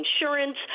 insurance